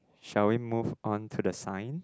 shall we move on to the sign